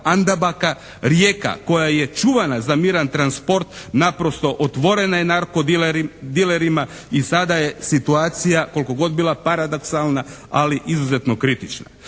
Andabaka, Rijeka koja je čuvana za miran transport naprosto otvorena je narkodilerima i sada je situacija koliko god bila paradoksalna ali izuzetno kritična.